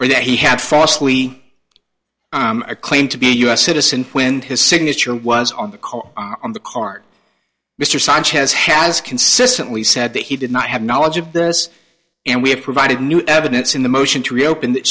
or that he had falsely a claim to be a u s citizen when his signature was on the call on the card mr sanchez has consistently said that he did not have knowledge of this and we have provided new evidence in the motion to reopen that